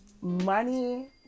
Money